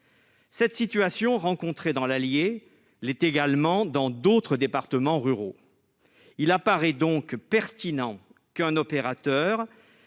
Cette situation rencontrée dans l'Allier, l'est également dans d'autres départements ruraux, il apparaît donc pertinent qu'un opérateur